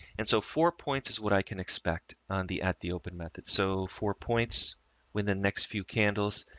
and so four points is what i can expect on the, at the open method. so four points when the next few candles,